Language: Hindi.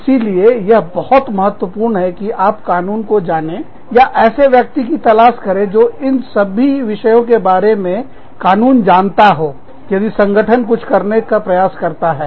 इसीलिए यह बहुत महत्वपूर्ण है कि आप कानून को जाने या ऐसे व्यक्ति की तलाश करें जो इन सभी विषयों के बारे में कानून जानता हो यदि संगठन कुछ करने का प्रयास करता है